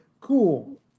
cool